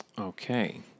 Okay